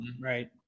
Right